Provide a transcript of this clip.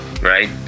right